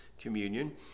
communion